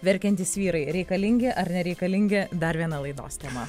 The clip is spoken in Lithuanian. verkiantys vyrai reikalingi ar nereikalingi dar viena laidos tema